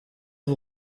vos